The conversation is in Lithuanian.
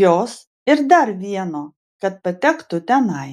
jos ir dar vieno kad patektų tenai